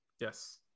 Yes